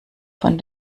von